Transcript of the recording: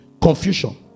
confusion